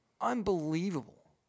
unbelievable